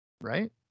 Right